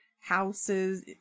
Houses